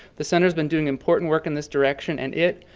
the center has been doing important work in this direction and it,